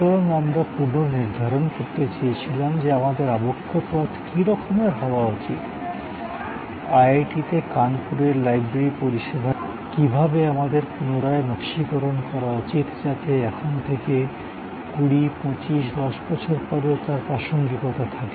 সুতরাং আমরা পুনর্নির্ধারণ করতে চেয়েছিলাম যে আমাদের আবক্রপথ কি রকমের হওয়া উচিত আইআইটিতে কানপুরের লাইব্রেরি পরিষেবাটি কীভাবে আমাদের পুনরায় নকশীকরণ করা উচিত যাতে এখন থেকে 20 25 10 বছর পরেও তার প্রাসঙ্গিকতা থাকে